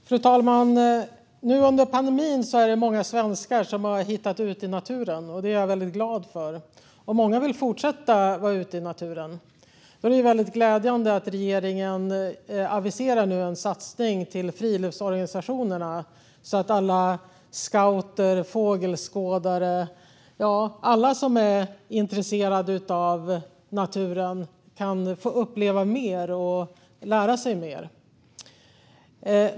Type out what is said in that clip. Fru talman! Nu under pandemin är det många svenskar som har hittat ut i naturen, och det är jag väldigt glad för. Många vill fortsätta vara ute i naturen. Då är det glädjande att regeringen nu aviserar en satsning till friluftsorganisationerna så att alla scouter, fågelskådare, ja, alla som är intresserade av naturen kan få uppleva mer och lära sig mer.